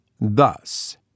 thus